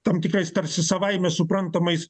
tam tikrais tarsi savaime suprantamais